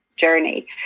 journey